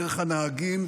דרך הנהגים.